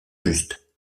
just